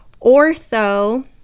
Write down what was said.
ortho